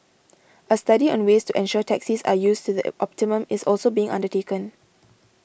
a study on ways to ensure taxis are used to the optimum is also being undertaken